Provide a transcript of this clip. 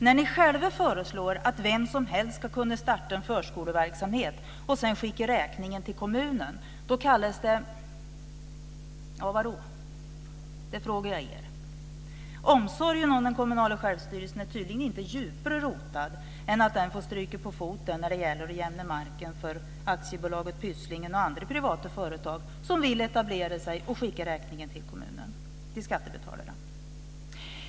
När ni själva föreslår att vem som helst ska kunna starta en förskoleverksamhet och sedan skicka räkningen till kommunen kallas det, ja, vad? Det frågar jag er. Omsorgen om den kommunala självstyrelsen är tydligen inte djupare rotad än att den får stryka på foten när det gäller att jämna marken för AB Pysslingen och andra privata företag som vill etablera sig och skicka räkningen till skattebetalarna.